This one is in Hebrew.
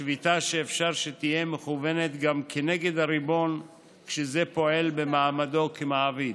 שביתה שאפשר שתהיה מכוונת גם כנגד הריבון כשזה פועל במעמדו כמעביד,